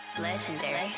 Legendary